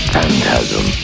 Phantasm